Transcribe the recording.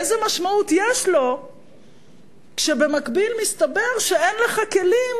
איזו משמעות יש לו כשבמקביל מסתבר שאין לך כלים,